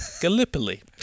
Gallipoli